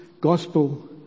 gospel